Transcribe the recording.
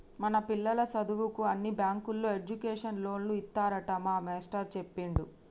మన పిల్లల సదువుకు అన్ని బ్యాంకుల్లో ఎడ్యుకేషన్ లోన్లు ఇత్తారట మా మేస్టారు సెప్పిండు